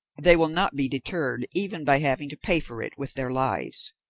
they will not be deterred even by having to pay for it with their lives.